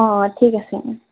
অঁ অঁ ঠিক আছে মই